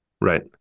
Right